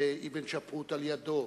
ואבן שפרוט לידו,